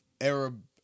Arab